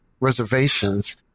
reservations